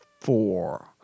Four—